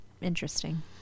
interesting